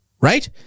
right